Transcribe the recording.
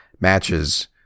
matches